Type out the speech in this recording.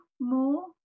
more